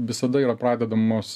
visada yra pradedamos